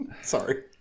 Sorry